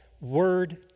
word